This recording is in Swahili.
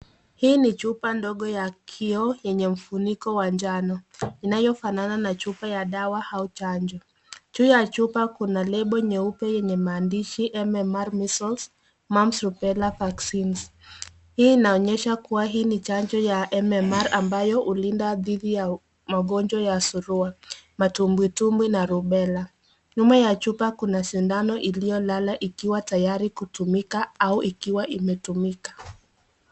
Hii ni chupa ndogo ya kioo yenye mfuniko wa njano inayofanana na chupa ya dawa au chanjo. Juu ya chupa kuna lebo nyeupe yenye maandishi MMR Measles, Mumps, Rubella vaccines . Hii inaonyesha kuwa hii ni chanjo ya MMR ambayo hulinda dhidi ya magonjwa ya surua, matumbwitumbwi na Rubela. Nyuma ya chupa kuna sindano iliyolala ikiwa tayari kutumika au ikiwa imetumika.